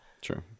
True